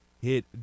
hit